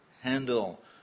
handle